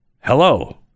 Hello